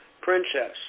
Princess